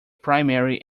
primary